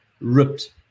ripped